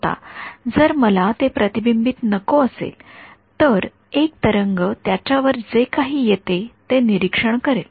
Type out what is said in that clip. आता जर मला ते प्रतिबिंब नको असेल तर एक तरंग त्याच्यावर जे काही येते ते निरीक्षण करेल